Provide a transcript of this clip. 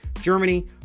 Germany